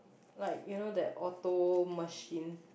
like you know that auto machine